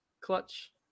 clutch